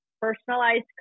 personalized